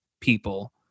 people